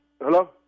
Hello